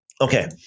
Okay